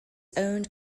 owned